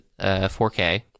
4K